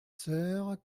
soeurs